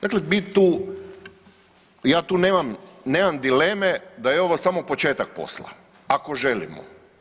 Dakle mi tu, ja tu nemam dileme, da je ovo samo početak posla, ako želimo.